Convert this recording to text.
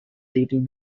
leben